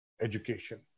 education